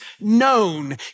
known